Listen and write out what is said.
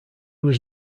was